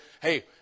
hey